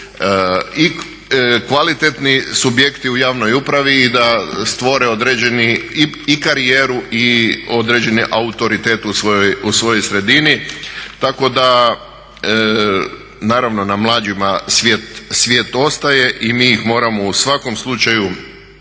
i kvalitetni subjekti u javnoj upravi i da stvore određenu karijeru i određeni autoritet u svojoj sredini. Tako da naravno na mlađima svijet ostaje i mi ih moramo u svakom slučaju